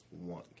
one